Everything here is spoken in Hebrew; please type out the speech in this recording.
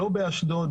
לא באשדוד,